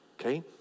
okay